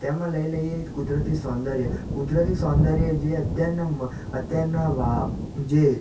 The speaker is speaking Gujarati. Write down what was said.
તેમાં લઈ લઈએ કુદરતી સૌંદર્ય કુદરતી સૌંદર્ય જે અત્યારના અત્યારના જે